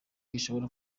gishobora